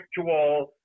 actual –